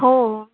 हो